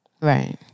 Right